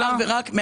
לא.